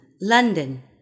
London